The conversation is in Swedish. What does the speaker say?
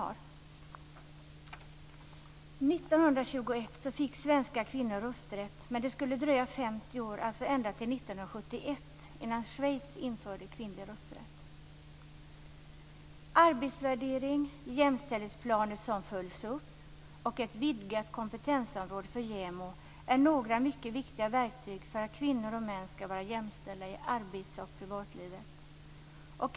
År 1921 fick svenska kvinnor rösträtt, men det skulle dröja 50 år, alltså ända till 1971, innan Arbetsvärdering, jämställdhetsplaner som följs upp och ett vidgat kompetensområde för JämO är några mycket viktiga verktyg för att kvinnor och män skall vara jämställda i arbets och privatlivet.